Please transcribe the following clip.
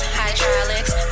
hydraulics